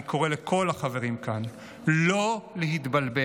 אני קורא לכל החברים כאן לא להתבלבל.